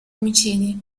omicidi